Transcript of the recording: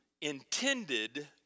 intended